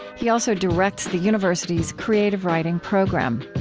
he also directs the university's creative writing program.